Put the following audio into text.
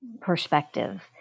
perspective